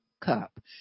cup